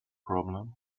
problem